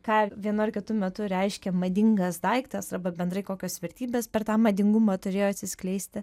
ką vienu ar kitu metu reiškia madingas daiktas arba bendrai kokios vertybės per tą madingumą turėjo atsiskleisti